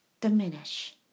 diminish